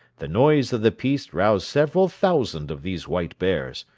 the noise of the piece roused several thousand of these white bears,